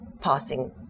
passing